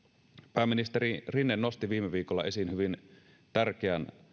pääministeri rinne nosti viime viikolla esiin hyvin tärkeän